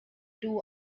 two